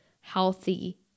healthy